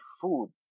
food